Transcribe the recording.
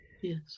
Yes